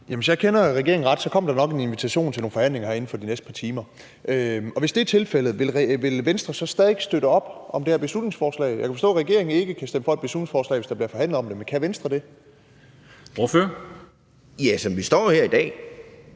Hvis jeg kender regeringen ret, kommer der nok en invitation til nogle forhandlinger inden for de næste par timer. Hvis det er tilfældet, vil Venstre så stadig ikke støtte op om det her beslutningsforslag? Jeg kunne forstå, at regeringen ikke kan stemme for et beslutningsforslag, hvis der bliver forhandlet om det, men kan Venstre det? Kl. 12:38 Formanden